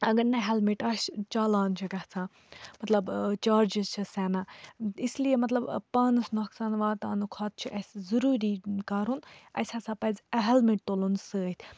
اگر نہ ہٮ۪لمِٹ آسہِ چالان چھِ گژھان مطلب چارجٕز چھِ سٮ۪نا اِسلیے مطلب پانَس نۄقصان واتناوٕ کھۄتہٕ چھُ اَسہِ ضُروٗری کَرُن اَسہِ ہَسا پَزِ ہٮ۪لمِٹ تُلُن سۭتۍ